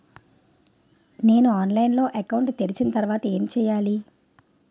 నేను ఆన్లైన్ లో అకౌంట్ తెరిచిన తర్వాత ఏం చేయాలి?